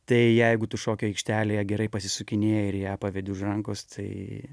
tai jeigu tu šokių aikštelėje gerai pasisukinėji ir ją pavedi už rankos tai